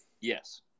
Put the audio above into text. Yes